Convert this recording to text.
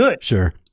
Sure